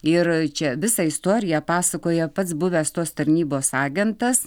ir čia visą istoriją pasakoja pats buvęs tos tarnybos agentas